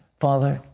father,